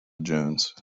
jones